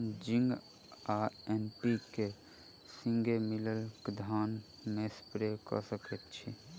Zinc आ NPK, संगे मिलल कऽ धान मे स्प्रे कऽ सकैत छी की?